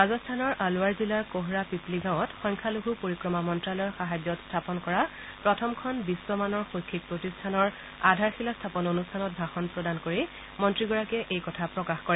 ৰাজস্থানৰ অলৱাড় জিলাৰ কোহৰা পিপ্লী গাঁৱত সংখ্যালঘু পৰিক্ৰমা মন্ত্যালয়ৰ সাহায্যত স্থাপন কৰা প্ৰথমখন বিধ্ব মানৰ শৈক্ষিক প্ৰতিষ্ঠানৰ আধাৰ শিলা স্থাপন অনুষ্ঠানত ভাষণ প্ৰদান কৰি মন্ত্ৰীগৰাকীয়ে এই কথা প্ৰকাশ কৰে